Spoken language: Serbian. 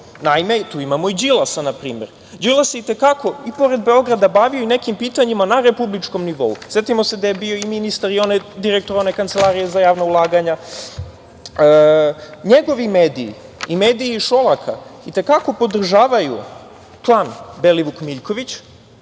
Naime, tu imamo i Đilasa npr. Đilas se itekako i pored Beograda bavio i nekim pitanjima na republičkom nivou. Setimo se da je bio i ministar i direktor one kancelarije za javna ulaganja. Njegovi mediji i mediji Šolaka i te kako podržavaju klan Belivuk – Miljković,